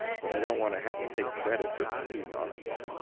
but i don't want to have to take credit for being honest.